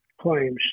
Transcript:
claims